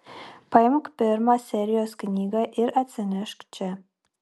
paimk pirmą serijos knygą ir atsinešk čia